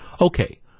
Okay